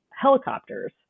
helicopters